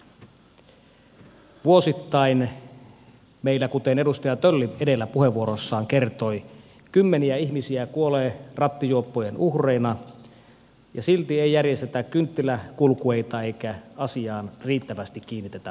vuosittain meillä kuten edustaja tölli edellä puheenvuorossaan kertoi kymmeniä ihmisiä kuolee rattijuoppojen uhreina ja silti ei järjestetä kynttiläkulkueita eikä asiaan riittävästi kiinnitetä huomiota